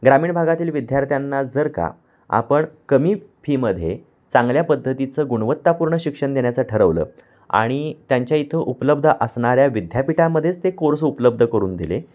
ग्रामीण भागातील विद्यार्थ्यांना जर का आपण कमी फीमध्ये चांगल्या पद्धतीचं गुणवत्तापूर्ण शिक्षण देण्याचं ठरवलं आणि त्यांच्या इथं उपलब्ध असणाऱ्या विद्यापीठामध्येच ते कोर्स उपलब्ध करून दिले